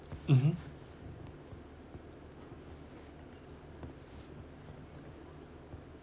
mmhmm